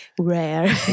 rare